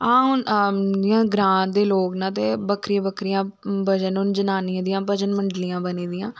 हां हून ग्रां दे लोक ना ते बक्खरे बक्खरे भजन हून जनानियें दियां बक्खरी भजन मंडलियां बनी दियां